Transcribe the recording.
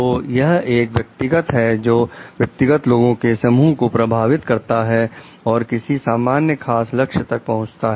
तो यह एक व्यक्तिगत है जो व्यक्तिगत लोगों के समूह को प्रभावित करता है और किसी सामान्य खास लक्ष्य तक पहुंचता है